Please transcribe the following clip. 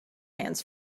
hands